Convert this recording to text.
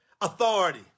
authority